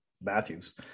Matthews